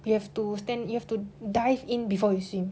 you have to stand you have to dive in before you swim